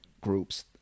groups